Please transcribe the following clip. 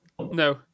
No